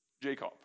Jacob